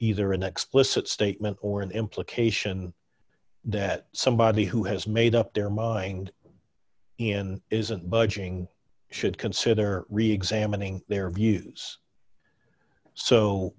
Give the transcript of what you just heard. either an explicit statement or an implication that somebody who has made up their mind in isn't budging should consider reexamining their views so